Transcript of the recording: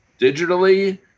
digitally